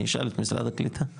אני אשאל את משרד הקליטה.